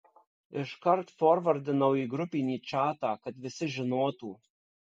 iškart forvardinau į grupinį čatą kad visi žinotų